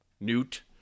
Newt